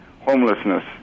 homelessness